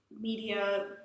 media